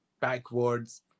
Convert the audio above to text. backwards